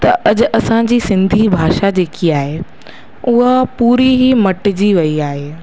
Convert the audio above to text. त अॼ असांजी सिंधी भाषा जेकी आहे हूअ पूरी ई मटिजी वई आहे